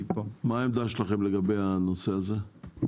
מה העמדה שלכם בנושא הזה?